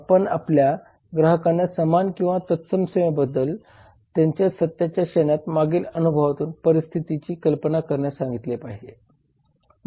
आपण आपल्या ग्राहकांना समान किंवा तत्सम सेवेमध्ये त्यांच्या सत्याच्या क्षणाच्या मागील अनुभवातून परिस्थितीची कल्पना करण्यास सांगितले पाहिजे